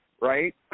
right